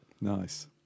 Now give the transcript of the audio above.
nice